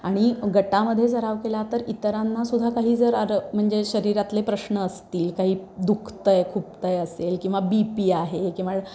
आणि गटामध्ये सराव केला तर इतरांना सुद्धा काही जर आर म्हणजे शरीरातले प्रश्न असतील काही दुखत आहे खुपत आहे असेल किंवा बी पी आहे किंवा